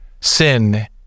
sin